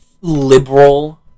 liberal